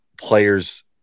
players